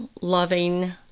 loving